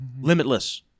Limitless